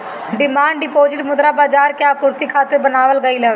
demand deposit मुद्रा बाजार के आपूर्ति खातिर बनावल गईल हवे